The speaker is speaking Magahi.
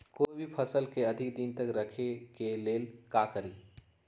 कोई भी फल के अधिक दिन तक रखे के लेल का करी?